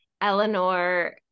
Eleanor